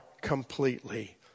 completely